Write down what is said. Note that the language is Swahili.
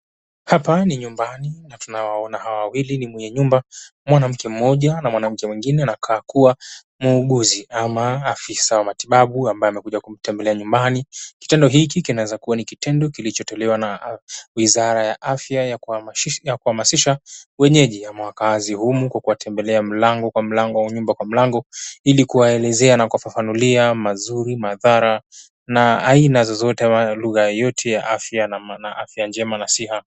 Hapa ni nyumbani, na tunawaona hawa wawili, ni mwenye nyumba mwanamke mmoja, na mwanamke mwingine anakaa kuwa muuguzi ama afisa wa matibabu ambaye amekuja kumtembelea nyumbani. Kitendo hiki kinaweza kuwa ni kitendo kilichotolewa na wizara ya afya ya kuhamasisha wenyeji au wakazi humu kwa kuwatembelea mlango kwa mlango, au nyumba kwa mlango, ili kuwaelezea na kuwafafanulia mazuri, madhara na aina zozote, lugha yote ya afya na afya njema na siha.